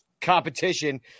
competition